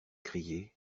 crier